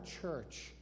church